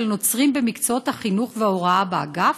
נוצרים במקצועות החינוך וההוראה באגף?